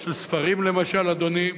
של ספרים למשל, אדוני.